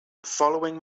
following